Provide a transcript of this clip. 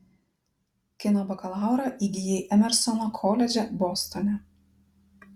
kino bakalaurą įgijai emersono koledže bostone